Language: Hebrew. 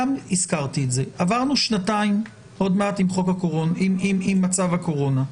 וגם אני הזכרתי את זה עברנו שנתיים עם מצב הקורונה,